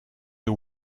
you